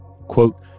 Quote